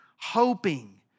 hoping